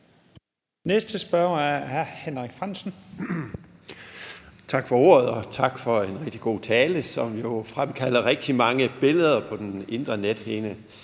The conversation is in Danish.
Frandsen. Kl. 11:39 Henrik Frandsen (M): Tak for ordet, og tak for en rigtig god tale, som jo fremkalder rigtig mange billeder på nethinden.